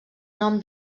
nom